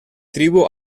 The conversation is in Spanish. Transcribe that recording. tribu